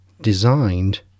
designed